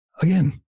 Again